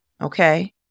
okay